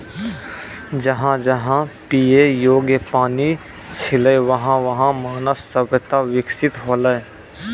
जहां जहां पियै योग्य पानी छलै वहां वहां मानव सभ्यता बिकसित हौलै